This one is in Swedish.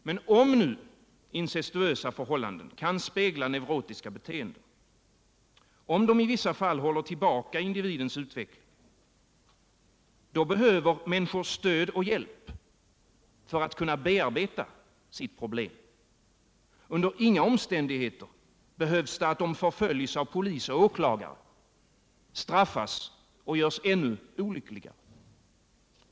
Men om nu incestuösa förhållanden kan spegla neurotiska beteenden och om de i vissa fall håller tillbaka individens utveckling, då behöver människor stöd och hjälp att bearbeta sina problem. Under inga omständigheter behövs det att de förföljs av polis och åklagare, straffas och görs ännu olyckligare.